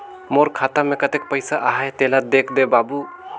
मोर खाता मे कतेक पइसा आहाय तेला देख दे बाबु?